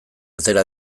atera